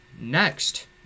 Next